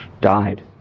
died